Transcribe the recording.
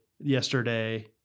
yesterday